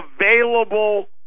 available